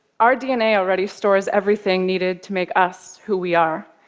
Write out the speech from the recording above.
our dna already stores everything needed to make us who we are.